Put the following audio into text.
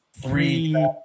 three